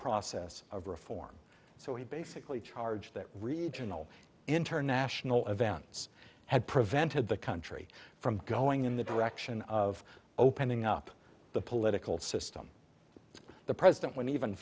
process of reform so he basically charge that regional international events had prevented the country from going in the direction of opening up the political system the president